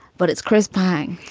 but it's chris. bang.